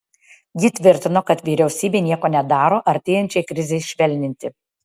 ji tvirtino kad vyriausybė nieko nedaro artėjančiai krizei švelninti